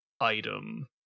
item